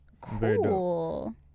cool